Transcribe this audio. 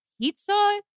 pizza